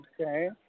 Okay